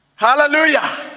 Hallelujah